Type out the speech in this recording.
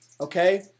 Okay